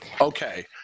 okay